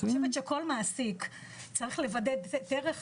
אני חושבת שכל מעסיק צריך לוודא דרך.